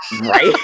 Right